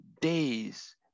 days